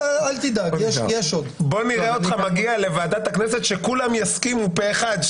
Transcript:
בוא נראה אותך מגיע לוועדת הכנסת שכולם יסכימו פה אחד,